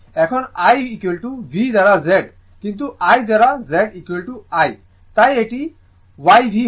এখন IV দ্বারা Z কিন্তু 1 দ্বারা ZI তাই এটি YV হবে